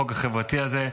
החוק החברתי הזה.